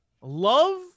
love